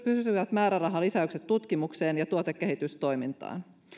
pysyvät määrärahalisäykset tutkimukseen ja tuotekehitystoimintaan